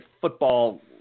football